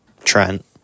Trent